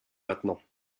maintenant